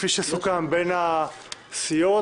כפי שסוכם בין הסיעות.